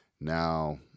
now